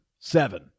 Seven